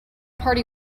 party